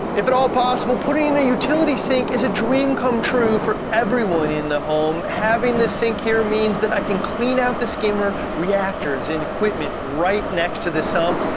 if at all possible, putting in a utility sink is a dream come true for everyone in the home. having this sink here means that i can clean out the skimmer, reactors, and equipment right next to the sump,